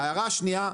ההערה השנייה,